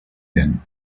din